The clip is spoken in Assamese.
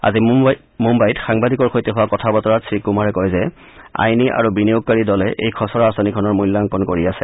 আজি মুম্বাইত সাংবাদিকৰ সৈতে হোৱা কথা বতৰাত শ্ৰীকুমাৰে কয় যে আইনী আৰু বিনিয়োগকাৰী দলে এই খচৰা আঁচনিখনৰ মূল্যাংকণ কৰি আছে